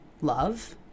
love